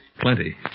Plenty